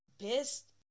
best